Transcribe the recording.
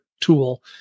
tool